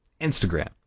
Instagram